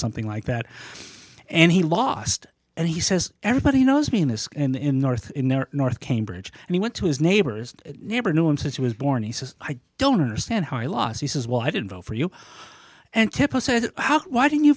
something like that and he lost and he says everybody knows me in this in north north cambridge and he went to his neighbor's neighbor knew him since he was born he says i don't understand how i lost he says well i didn't vote for you and why don't you